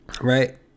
Right